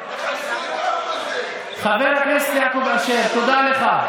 אשר, תודה לך.